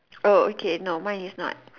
oh okay no mine is not